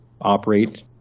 operate